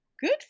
good